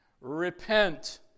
repent